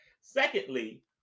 Secondly